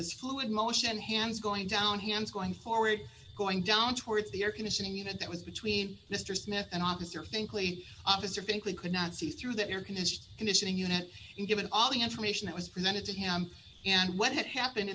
this fluid motion hands going down hands going forward going down towards the air conditioning unit that was between mr smith and officer think lee officer frankly could not see through that you're convinced conditioning unit and given all the information that was presented to him and what had happened